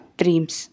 dreams